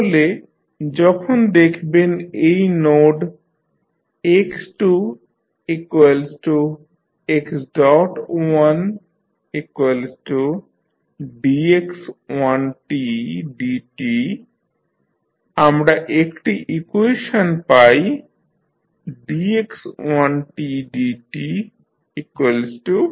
তাহলে যখন দেখবেন এই নোড x2x1dx1dt আমরা একটি ইকুয়েশন পাই dx1dtx2t